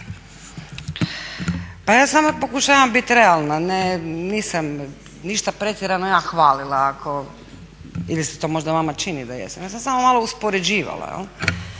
Pa ja samo pokušavam biti realna, nisam ništa pretjerano ja hvalila ili se to možda vama čini da jesam. Ja sam samo malo uspoređivala